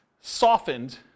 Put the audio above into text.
softened